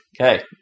Okay